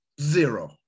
zero